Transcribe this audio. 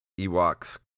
Ewoks